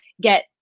get